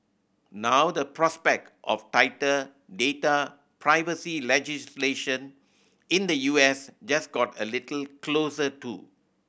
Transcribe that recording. now the prospect of tighter data privacy legislation in the U S just got a little closer too